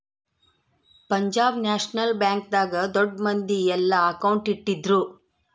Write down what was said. Punjab National Bank ದಾಗ ದೊಡ್ಡ ಮಂದಿ ಯೆಲ್ಲ ಅಕೌಂಟ್ ಇಟ್ಟಿದ್ರು